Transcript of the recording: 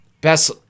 best